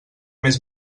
més